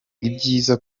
ibyiza